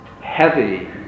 heavy